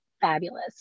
fabulous